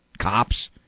Cops